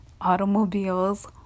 automobiles